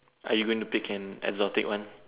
are you going to pick an exotic one